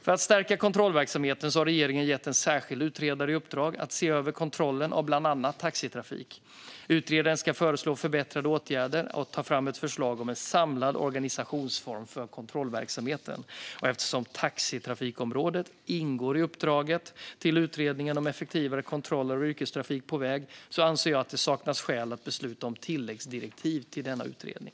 För att stärka kontrollverksamheten har regeringen gett en särskild utredare i uppdrag att se över kontrollen av bland annat taxitrafik. Utredaren ska föreslå förbättrande åtgärder och ta fram ett förslag om en samlad organisationsform för kontrollverksamheten. Eftersom taxitrafikområdet ingår i uppdraget till utredningen om effektivare kontroller av yrkestrafik på väg anser jag att det saknas skäl att besluta om tilläggsdirektiv till denna utredning.